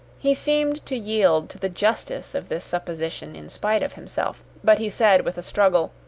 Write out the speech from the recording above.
he seemed to yield to the justice of this supposition, in spite of himself. but he said with a struggle,